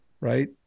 right